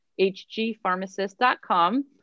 hgpharmacist.com